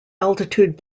altitude